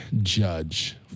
judge